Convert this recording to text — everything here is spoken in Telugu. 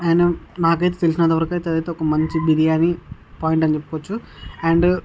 అండ్ నాకైతే తెలిసినంత వరకు అయితే ఒక మంచి బిర్యానీ పాయింట్ అని చెప్పుకోవచ్చు అండ్